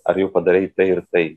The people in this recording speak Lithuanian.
ar jau padarei tai ir tai